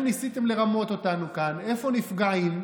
איך ניסיתם לרמות אותנו כאן, איפה נפגעים,